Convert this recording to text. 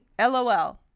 LOL